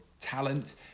Talent